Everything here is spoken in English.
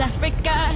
Africa